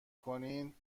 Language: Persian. کنید